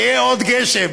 שיהיה עוד גשם.